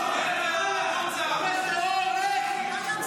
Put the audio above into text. --- תומך טרור, לך.